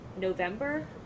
November